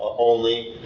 only.